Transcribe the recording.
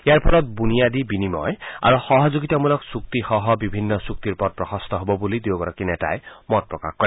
ইয়াৰ ফলত বুনিয়াদী বিনিময় আৰু সহযোগিতামূলক চুক্তিসহ বিভিন্ন চুক্তিৰ পথ প্ৰশস্ত হ'ব বুলি দুয়োগৰাকী নেতাই মত প্ৰকাশ কৰে